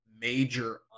Major